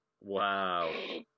Wow